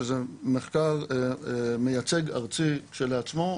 שזה מחקר מייצג ארצי כשלעצמו,